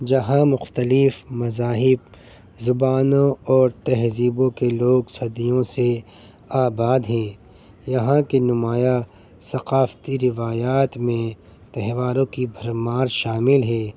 جہاں مختلف مذاہب زبانوں اور تہذیبوں کے لوگ صدیوں سے آباد ہیں یہاں کے نمایاں ثقافتی روایات میں تہواروں کی بھرمار شامل ہے